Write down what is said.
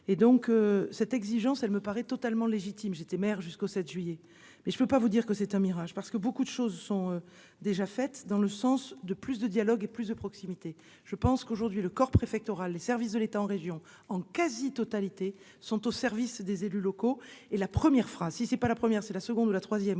et donc cette exigence elle me paraît totalement légitime, j'étais maire jusqu'au 7 juillet mais je peux pas vous dire que c'est un mirage, parce que beaucoup de choses sont déjà fait dans le sens de plus de dialogues et plus de proximité, je pense qu'aujourd'hui le corps préfectoral. Les services de l'État en région en quasi-totalité sont au service des élus locaux et la première phrase si c'est pas la première, c'est la seconde ou la troisième que